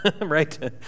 right